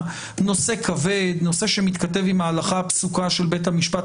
לא כאלה שנמצאים בעיצומו של משפט